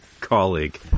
colleague